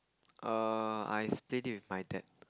err I split it with my dad